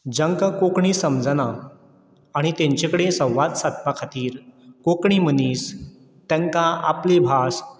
जंकां कोंकणी समजना आनी तांचे कडेन संवाद सादपा खातीर कोंकणी मनीस तांकां आपली भास